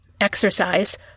exercise